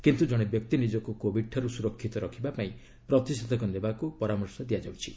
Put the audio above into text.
କିନ୍ତୁ ଜଣେ ବ୍ୟକ୍ତି ନିଜକୁ କୋବିଡ୍ ଠାରୁ ସୁରକ୍ଷିତ ରଖିବା ପାଇଁ ପ୍ରତିଷେଧକ ନେବାକୁ ପରାମର୍ଶ ଦିଆଯାଉଛି